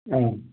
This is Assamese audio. অঁ